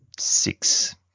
six